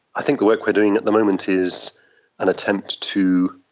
i think the work we are doing at the moment is an attempt to,